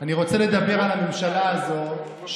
אני רוצה לדבר על הממשלה הזאת,